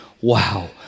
wow